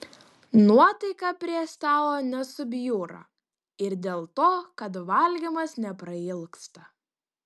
nuotaika prie stalo nesubjūra ir dėl to kad valgymas neprailgsta